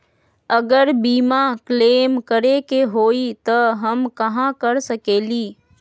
अगर बीमा क्लेम करे के होई त हम कहा कर सकेली?